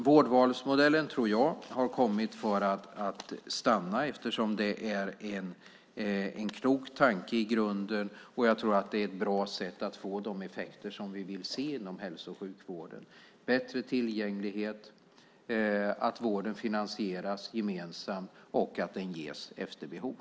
Vårdvalsmodellen tror jag har kommit för att stanna, eftersom det är en klok tanke i grunden. Jag tror att det är ett bra sätt att få de effekter vi vill se inom hälso och sjukvården: bättre tillgänglighet, att vården finansieras gemensamt och ges efter behov.